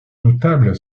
notable